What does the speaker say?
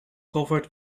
covered